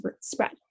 spread